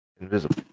invisible